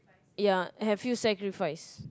ya have you sacrifice